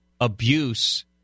abuse